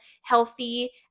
healthy